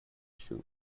shoe